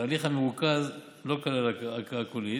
התהליך המרוכז לא כלל הקראה קולית.